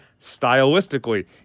stylistically